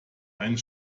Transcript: einen